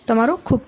ખુબ ખુબ આભાર